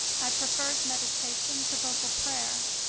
i preferred meditation to vocal prayer,